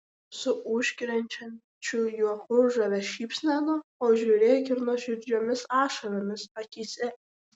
su užkrečiančiu juoku žavia šypsena o žiūrėk ir nuoširdžiomis ašaromis akyse